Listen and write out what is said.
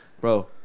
Bro